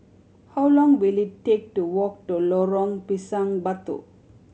how long will it take to walk to Lorong Pisang Batu